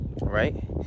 right